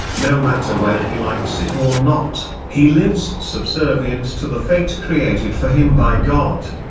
no matter whether he likes it or not, he lives subservient to the fate created for him by god.